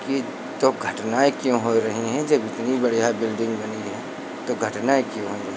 कि तो घटनाएँ क्यों हो रही हैं जब इतनी बढ़िया बिल्डिंग बनी है तो घटनाएँ क्यों हो रहीं